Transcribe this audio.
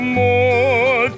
more